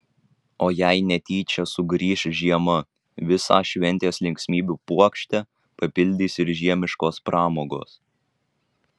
o jei netyčia sugrįš žiema visą šventės linksmybių puokštę papildys ir žiemiškos pramogos